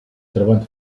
troben